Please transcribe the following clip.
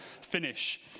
finish